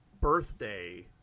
birthday